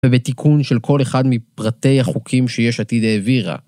ובתיקון של כל אחד מפרטי החוקים שיש עתיד העבירה.